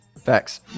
Facts